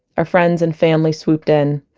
our friends and family swooped in,